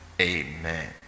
Amen